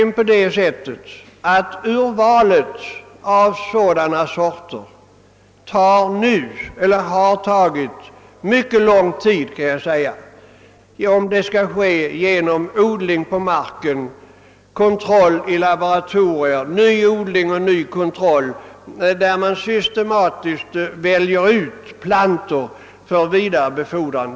Urvalet av sådana sorter tar nu mycket lång tid om det sker genom odling på marken, kontroll i laboratorier, nyodling och ny kontroll, varvid plantor systematiskt väljs ut för vidarebefordran.